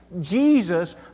Jesus